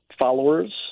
followers